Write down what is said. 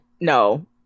no